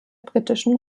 britischen